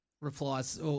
replies